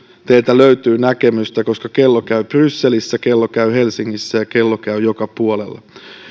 teiltä löytyy näkemystä koska kello käy brysselissä kello käy helsingissä ja kello käy joka puolella